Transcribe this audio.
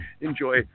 Enjoy